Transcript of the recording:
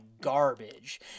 garbage